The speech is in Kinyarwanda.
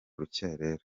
rukerera